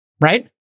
Right